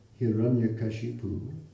Hiranyakashipu